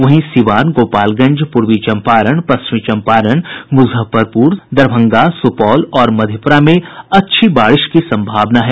वहीं सीवान गोपालगंज पूर्वी चम्पारण पश्चिमी चम्पारण मुजफ्फरपुर दरभंगा सुपौल और मधेप्रा में अच्छी बारिश की सम्भावना है